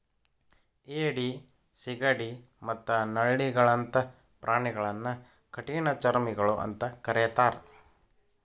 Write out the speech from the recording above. ಏಡಿ, ಸಿಗಡಿ ಮತ್ತ ನಳ್ಳಿಗಳಂತ ಪ್ರಾಣಿಗಳನ್ನ ಕಠಿಣಚರ್ಮಿಗಳು ಅಂತ ಕರೇತಾರ